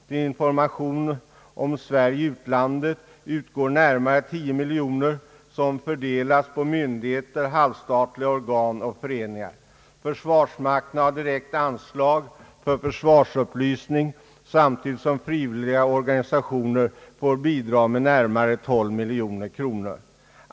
Till information om Sverige i utlandet utgår närmare 10 miljoner kronor, som fördelas på myndigheter, halvstatliga organ och föreningar. Försvarsmakten har direkt anslag för försvarsupplysning samtidigt som frivilliga organisationer får bidrag med närmare 12 miljoner kronor.